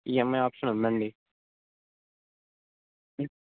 EMI option ఉందండి